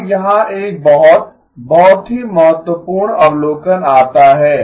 अब यहाँ एक बहुत बहुत ही महत्वपूर्ण अवलोकन आता है